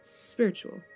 spiritual